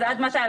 אז עד מתי?